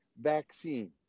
vaccine